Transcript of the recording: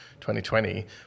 2020